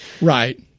Right